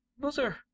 Mother